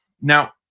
Now